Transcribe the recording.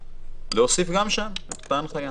- להוסיף גם שם את אותה הנחיה.